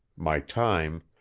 my time,